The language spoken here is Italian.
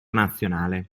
nazionale